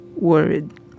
worried